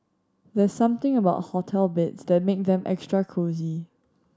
there's something about hotel beds that make them extra cosy